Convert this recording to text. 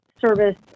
service